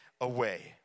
away